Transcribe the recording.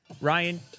Ryan